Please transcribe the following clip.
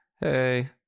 hey